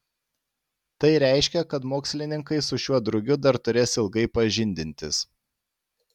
tai reiškia kad mokslininkai su šiuo drugiu dar turės ilgai pažindintis